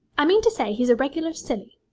i mean to say he's a regular silly.